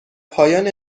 پایان